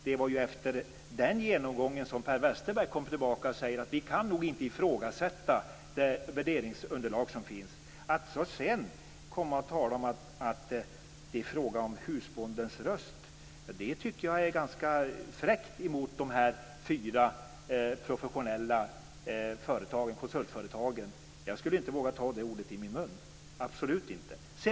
Det var ju efter den genomgången som Per Westerberg kom tillbaka och sade att man nog inte kunde ifrågasätta det värderingsunderlag som finns. Att sedan komma och tala om att det är fråga om husbondens röst tycker jag är ganska fräckt mot dessa fyra professionella konsultföretag. Jag skulle inte våga ta det ordet i min mun - absolut inte.